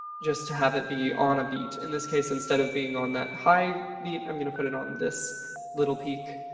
just to have it be on a beat. in this case, instead of being on that high beat, i'm going to put it on this little peek.